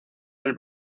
del